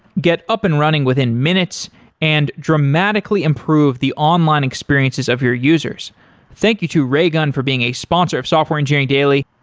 get up and running within minutes and dramatically improve the online experiences of your users thank you to raygun for being a sponsor of software engineering daily.